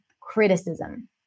criticism